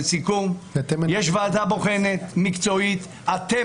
לסיכום, יש ועדה בוחנת, מקצועית, אתם